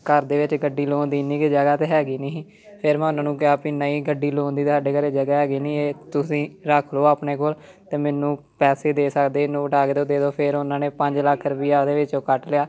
ਘਰ ਦੇ ਵਿੱਚ ਗੱਡੀ ਲਾਉਣ ਦੀ ਇੰਨੀ ਕੁ ਜ਼ਿਆਦਾ ਤਾਂ ਹੈਗੀ ਨਹੀਂ ਹੀ ਫਿਰ ਮੈਂ ਉਹਨਾਂ ਨੂੰ ਕਿਹਾ ਵੀ ਨਹੀਂ ਗੱਡੀ ਲਾਉਣ ਦੀ ਸਾਡੇ ਘਰ ਜਗ੍ਹਾ ਹੈਗੀ ਨਹੀਂ ਇਹ ਤੁਸੀਂ ਰੱਖ ਲਓ ਆਪਣੇ ਕੋਲ ਅਤੇ ਮੈਨੂੰ ਪੈਸੇ ਦੇ ਸਕਦੇ ਨੋਟ ਹੈਗੇ ਅਤੇ ਉਹ ਦੇ ਦੋ ਫਿਰ ਉਹਨਾਂ ਨੇ ਪੰਜ ਲੱਖ ਰੁਪਿਆ ਇਹਦੇ ਵਿੱਚੋਂ ਕੱਟ ਲਿਆ